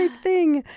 ah thing!